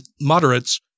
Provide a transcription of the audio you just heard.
moderates